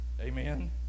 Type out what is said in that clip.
Amen